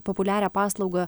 populiarią paslaugą